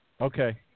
Okay